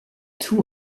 too